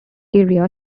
area